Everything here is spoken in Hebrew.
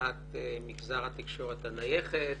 להסדרת מגזר התקשורת הנייחת